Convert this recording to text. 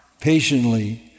patiently